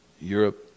Europe